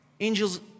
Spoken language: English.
angels